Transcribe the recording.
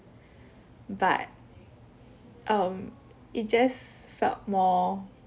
but um it just felt more